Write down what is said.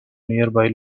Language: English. nearby